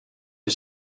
are